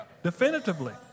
definitively